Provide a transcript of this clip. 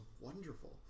wonderful